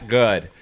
good